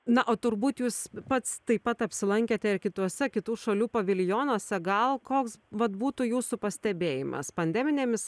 na o turbūt jūs pats taip pat apsilankėte ir kituose kitų šalių paviljonuose gal koks vat būtų jūsų pastebėjimas pandeminėmis